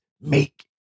make